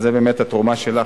אז זה באמת התרומה שלך,